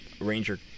ranger